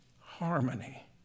harmony